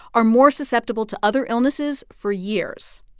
are more susceptible to other illnesses for years.